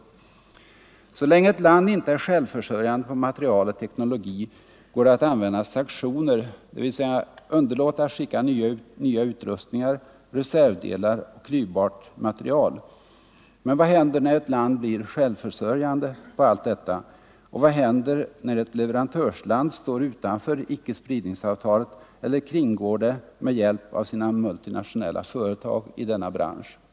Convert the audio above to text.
Så länge ett land inte är självförsörjande på material och teknologi går det att använda sank Nr 127 tioner, dvs. underlåta att skicka nya utrustningar, reservdelar och klyvbart Fredagen den material. Men vad händer när ett land blir självförsörjande på allt detta? 22 november 1974 Och vad händer när ett leverantörsland står utanför icke-spridningsavtalet I eller kringgår det med hjälp av sina multinationella företag i denna Ang. säkerhetsoch bransch?